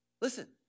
Listen